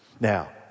Now